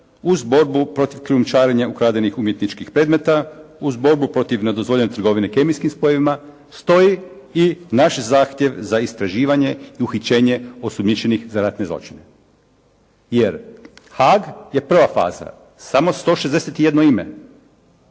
uz borbu protiv krijumčarenja ukradenih umjetničkih predmeta, uz borbu protiv nedozvoljene trgovine kemijskim spojevima stoji i naš zahtjev za istraživanje i uhićenje osumnjičenih za ratne zločine. Jer Haag je prva faza. Samo 161 ime.